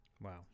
Wow